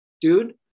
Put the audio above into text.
Dude